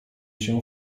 się